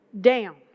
down